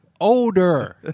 Older